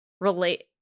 relate